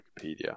wikipedia